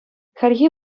хальхи